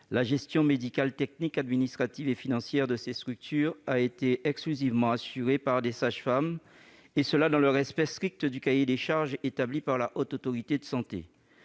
la gestion médicale, technique, administrative et financière de ces structures a été assurée exclusivement par des sages-femmes, dans le respect strict du cahier des charges de la Haute Autorité de santé.